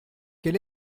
quel